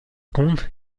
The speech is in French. contre